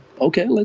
okay